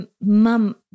mum